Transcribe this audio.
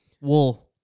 Wool